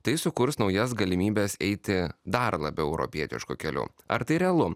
tai sukurs naujas galimybes eiti dar labiau europietišku keliu ar tai realu